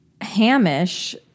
Hamish